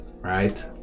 right